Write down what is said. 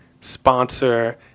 sponsor